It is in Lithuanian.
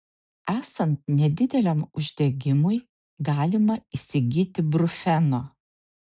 esant nedideliam uždegimui galima įsigyti brufeno